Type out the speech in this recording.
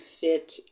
fit